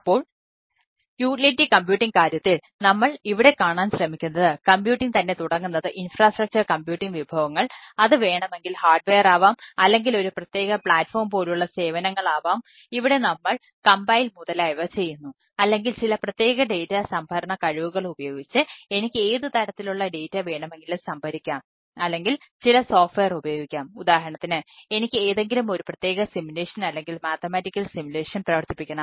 അപ്പോൾ utility computing പ്രവർത്തിപ്പിക്കണം